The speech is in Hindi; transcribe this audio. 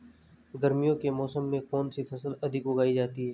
गर्मियों के मौसम में कौन सी फसल अधिक उगाई जाती है?